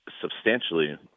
substantially